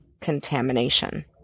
contamination